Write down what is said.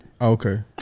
Okay